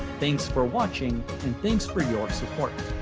thanks for watching and thanks for your support.